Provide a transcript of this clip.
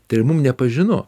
tai yra mum nepažinu